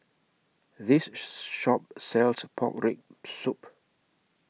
This Shop sells Pork Rib Soup